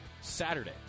Saturday